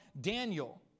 Daniel